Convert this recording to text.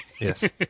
Yes